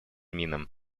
минам